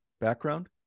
background